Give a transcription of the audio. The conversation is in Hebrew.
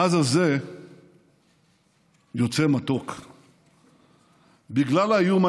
שבט גנדי היקר, "אל נקמות ה', אל נקמות הופיע"